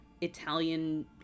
Italian